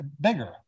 bigger